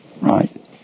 right